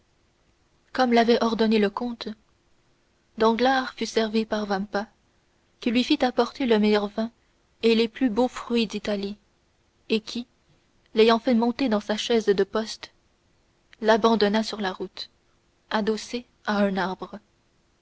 comme l'avait ordonné le comte danglars fut servi par vampa qui lui fit apporter le meilleur vin et les plus beaux fruits de l'italie et qui l'ayant fait monter dans sa chaise de poste l'abandonna sur la route adossé à un arbre